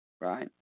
right